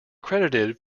credited